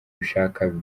ubishaka